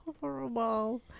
horrible